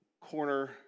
corner